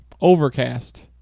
Overcast